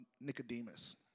Nicodemus